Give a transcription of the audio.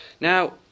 Now